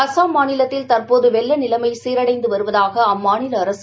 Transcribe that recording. அஸ்ஸாம் மாநிலத்தில் தற்போது வெள்ள நிலைமை சீரடைந்து வருவதாக அம்மாநில அரசு